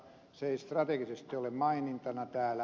se ei strategisesti ole mainintana täällä